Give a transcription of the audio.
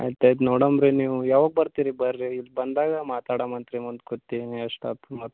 ಆಯ್ತು ಆಯ್ತು ನೋಡಣ್ ರೀ ನೀವು ಯಾವಾಗ ಬರ್ತೀರಿ ಬನ್ರಿ ಇದು ಬಂದಾಗ ಮಾತಾಡಣಂತ್ ರೀ ಮುಂದೆ ಕೂತ್ತೀನಿ ಎಷ್ಟಾಯ್ತ್ ಮತ್ತೆ